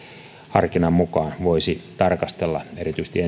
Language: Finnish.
harkinnan mukaan voisi tarkastella erityisesti